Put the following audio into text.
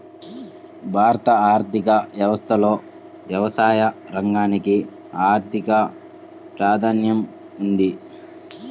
భారత ఆర్థిక వ్యవస్థలో వ్యవసాయ రంగానికి అధిక ప్రాధాన్యం ఉంది